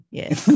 yes